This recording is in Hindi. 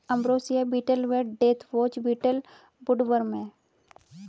अंब्रोसिया बीटल व देथवॉच बीटल वुडवर्म हैं